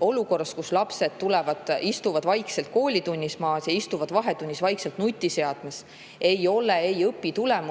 Olukord, kus lapsed tulevad, istuvad vaikselt koolitunnis maas ja istuvad vahetunnis vaikselt nutiseadmes, ei ole ei õpitulemuste